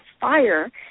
fire